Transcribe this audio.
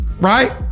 right